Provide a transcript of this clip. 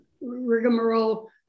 rigmarole